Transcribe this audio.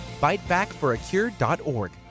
bitebackforacure.org